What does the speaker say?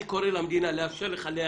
אני קורא למדינה לאפשר לך לייצר,